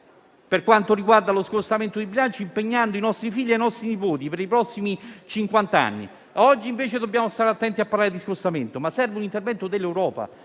di euro nello scostamento di bilancio, impegnando i nostri figli e i nostri nipoti per i prossimi cinquant'anni; oggi invece dobbiamo stare attenti a parlare di scostamento. Serve però l'intervento dell'Europa.